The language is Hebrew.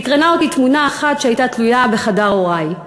סקרנה אותי תמונה אחת שהייתה תלויה בחדר הורי.